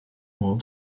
all